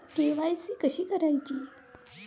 KYC कशी करायची?